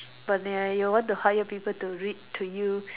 but then you want to hire people to read to you